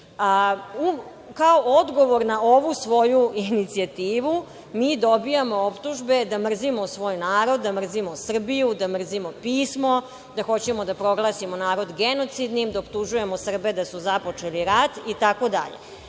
odgovor na ovu svoju inicijativu mi dobijamo optužbe da mrzimo svoj narod, da mrzimo Srbiju, da mrzimo pismo, da hoćemo da proglasimo narod genocidnim, da optužujemo Srbe da su započeli rat i tako dalje.